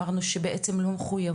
הרי אמרנו שבעצם הן לא מחויבות.